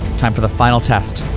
time for the final test.